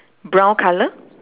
brown colour